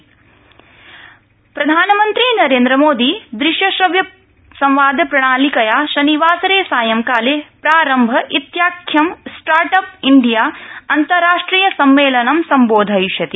प्रधानमन्त्री प्रारम्भ प्रधानमन्त्री नरेन्द्र मोदी दृश्यश्रव्यसंवाद प्रजालिकया शनिवासरे सायं प्रारम्भ इत्याख्यं स्टार्ट अप इण्डिया अन्ताराष्ट्रियं सम्मेलनं सम्बोधयिष्यति